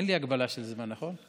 אין לי הגבלה של זמן, נכון?